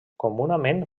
comunament